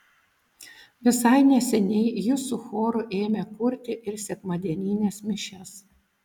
visai neseniai jis su choru ėmė kurti ir sekmadienines mišias